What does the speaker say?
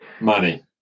Money